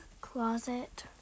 closet